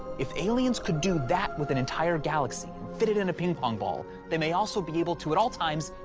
if aliens could do that with an entire galaxy, and fit it in a ping-pong ball, they may also be able to, at all times,